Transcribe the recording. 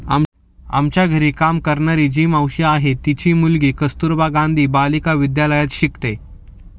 आमच्या घरी काम करणारी जी मावशी आहे, तिची मुलगी कस्तुरबा गांधी बालिका विद्यालयात शिकते